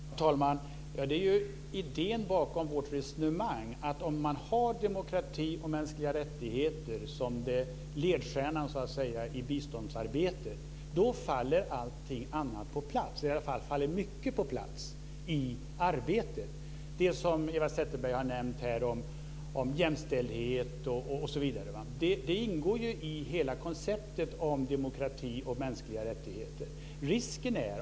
Herr talman! Det är idén bakom vårt resonemang. Om man har demokrati och mänskliga rättigheter som ledstjärna i biståndsarbetet faller allting annat på plats, i alla fall faller mycket på plats i arbetet. Det som Eva Zetterberg har nämnt om jämställdhet osv. ingår i hela konceptet om demokrati och mänskliga rättigheter.